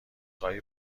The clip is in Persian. خواهی